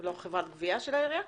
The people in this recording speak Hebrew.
ולא חברת גבייה של העירייה?